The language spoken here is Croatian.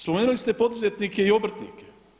Spomenuli ste poduzetnike i obrtnike.